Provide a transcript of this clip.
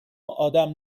آدم